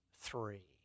three